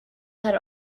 had